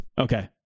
Okay